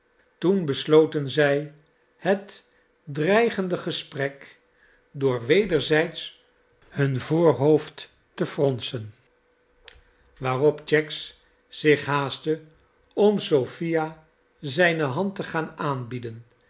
toen besloten zij het dreigende gesprek door wederzijds hun voorhoofd te fronsen waarop cheggs zich haastte om sophia zijne hand te gaan aanbieden